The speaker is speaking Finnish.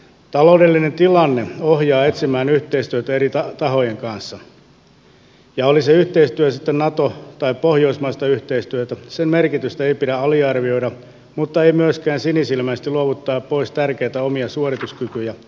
taloudellinen tilanne ohjaa etsimään yhteistyötä eri tahojen kanssa ja oli se yhteistyö sitten nato tai pohjoismaista yhteistyötä sen merkitystä ei pidä aliarvioida mutta ei myöskään sinisilmäisesti luovuttaa pois tärkeitä omia suorituskykyjä yhteistyöhön luottaen